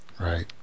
right